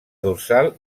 dorsal